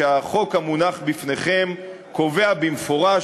שהחוק המונח בפניכם קובע במפורש,